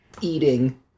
eating